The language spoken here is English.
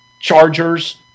Chargers